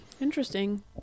interesting